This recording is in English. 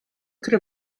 could